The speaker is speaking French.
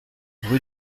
rue